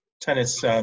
Tennis